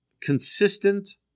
consistent